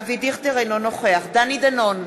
אינו נוכח דני דנון,